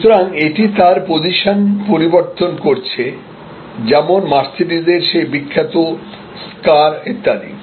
সুতরাং এটি তার পজিশন পরিবর্তন করছে যেমন মার্সেডিজের সেই বিখ্যাত স্কার ইত্যাদি